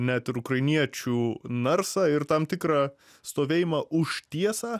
net ir ukrainiečių narsą ir tam tikrą stovėjimą už tiesą